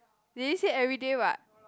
they didn't say everyday what